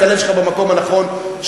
הלב שלך במקום הנכון,